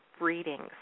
readings